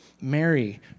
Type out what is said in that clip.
Mary